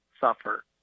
suffer